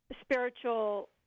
spiritual